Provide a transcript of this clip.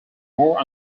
more